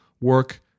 work